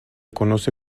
conoce